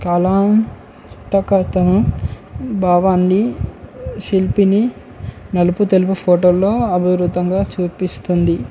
కాలాంత కర్తను భావాన్ని శిల్పిని నలుపు తెలుపు ఫోటోల్లో అభివృద్ధిగా చూపిస్తుంది